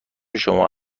شما